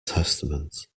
testament